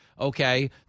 okay